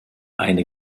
eine